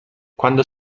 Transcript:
quando